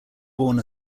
born